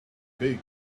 big